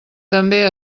també